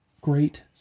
great